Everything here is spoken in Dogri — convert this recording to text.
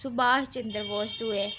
सुभाष चंद्र बोस दुए